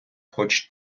хоч